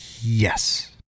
Yes